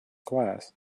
class